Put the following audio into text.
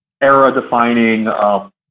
era-defining